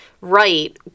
right